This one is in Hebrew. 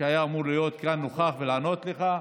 שהיה אמור להיות כאן נוכח ולענות לך.